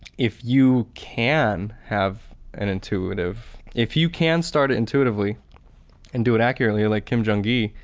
if you can have an intuitive if you can start it intuitively and do it accurately like kim jung gi,